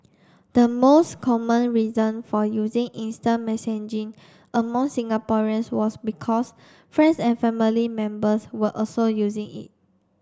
the most common reason for using instant messaging among Singaporeans was because friends and family members were also using it